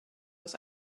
aus